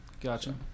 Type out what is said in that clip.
Gotcha